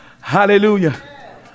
Hallelujah